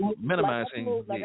minimizing